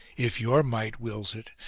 if your might wills it,